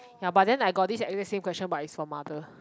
ya but then I got this exact same question but is for mother